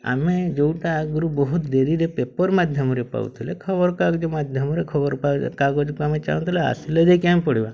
ଆମେ ଯେଉଁଟା ଆଗରୁ ବହୁତ ଧୀରେ ଧୀରେ ପେପର୍ ମାଧ୍ୟମରେ ପାଉଥିଲେ ଖବରକାଗଜ ମାଧ୍ୟମରେ ଖବର କାଗଜକୁ ଆମେ ଚାହୁଁଥିଲେ ଆସିଲେ ଯାଇକରି ଆମେ ପଡ଼ିବା